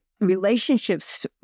relationships